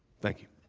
thank you.